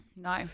No